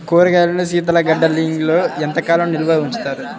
కూరగాయలను శీతలగిడ్డంగిలో ఎంత కాలం నిల్వ ఉంచుతారు?